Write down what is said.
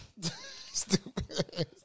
Stupid